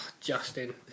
Justin